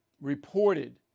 reported